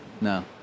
No